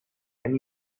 and